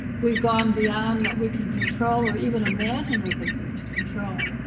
we've gone beyond what we can control or even imagine we can can control.